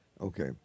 Okay